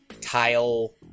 tile